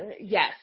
Yes